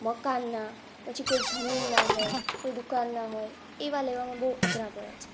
મકાનના પછી કોઇ જમીનનાં હોય કોઇ દુકાનના હોય એવા લેવામાં બહુ અઘરા પડે છે